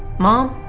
mom,